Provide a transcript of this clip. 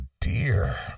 dear